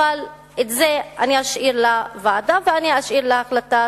את זה אני אשאיר לוועדה ואני אשאיר להחלטת